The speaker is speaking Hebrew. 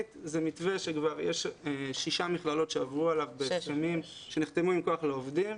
מתווה שכבר יש שש מכללות שעברו אליו ויש הסכמים שנחתמו עם כוח לעובדים.